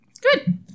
Good